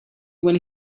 when